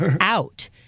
out